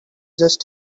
just